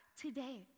today